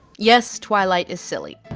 yes, twilight is silly.